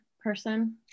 person